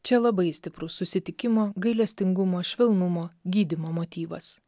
čia labai stiprus susitikimo gailestingumo švelnumo gydymo motyvas